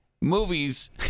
movies